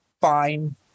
fine